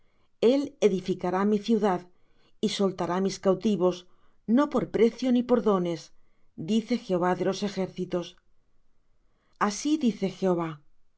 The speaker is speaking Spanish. él edificará mi ciudad y soltará mis cautivos no por precio ni por dones dice jehová de los ejércitos así dice jehová